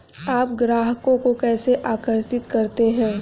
आप ग्राहकों को कैसे आकर्षित करते हैं?